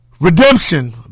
Redemption